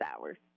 hours